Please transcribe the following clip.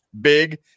Big